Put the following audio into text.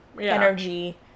energy